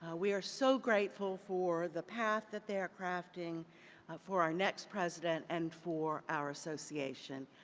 ah we are so grateful for the path that they are crafting for our next president and for our association.